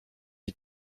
you